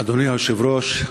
אדוני היושב-ראש,